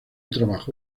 trabajo